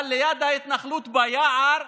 אבל ליד ההתנחלות, ביער,